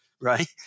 right